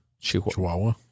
Chihuahua